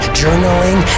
journaling